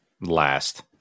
last